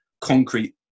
concrete